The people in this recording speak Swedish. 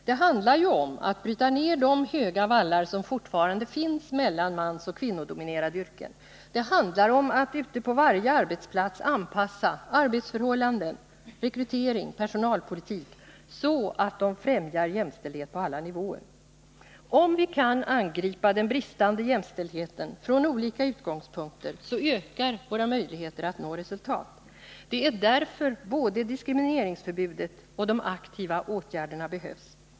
Det handlar om att bryta ner de höga vallar som fortfarande finns mellan mansoch kvinnodominerade yrken. Det handlar om att ute på varje arbetsplats anpassa arbetsförhållanden, rekrytering och personalpolitik så att de främjar jämställdhet på alla nivåer. Om vi kan angripa den bristande jämställdheten från olika utgångspunkter så ökar möjligheterna att nå resultat. Det är därför både diskrimineringsförbudet och de aktiva åtgärderna behövs.